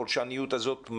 הפולשניות הזאת,